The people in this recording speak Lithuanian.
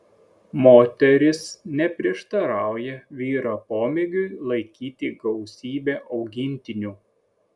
moteris neprieštarauja vyro pomėgiui laikyti gausybę augintinių